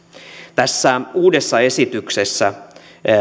tässä uudessa esityksessä